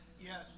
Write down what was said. Yes